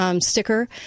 sticker